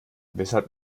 weshalb